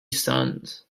sons